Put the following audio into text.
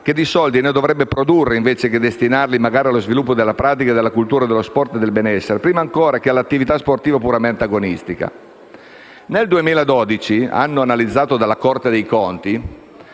che di soldi ne dovrebbe produrre, invece, per destinarli magari allo sviluppo della pratica e della cultura dello sport e del benessere, prima ancora che all'attività sportiva puramente agonistica. Nel 2012, anno analizzato dalla Corte dei conti,